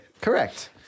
Correct